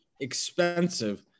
expensive